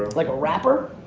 like a rapper?